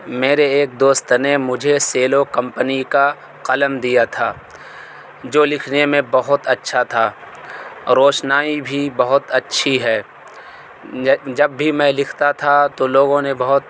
میرے ایک دوست نے مجھے سیلو کمپنی کا قلم دیا تھا جو لکھنے میں بہت اچّھا تھا روشنائی بھی بہت اچّھی ہے جب بھی میں لکھتا تھا تو لوگوں نے بہت